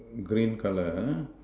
green colour ah